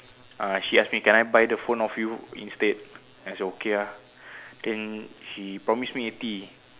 uh she ask me can I buy the phone off you instead then I say okay ah then she promise me eighty